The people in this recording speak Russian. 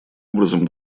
образом